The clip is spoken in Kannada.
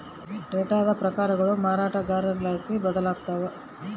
ಡೇಟಾದ ಪ್ರಕಾರಗಳು ಮಾರಾಟಗಾರರ್ಲಾಸಿ ಬದಲಾಗ್ತವ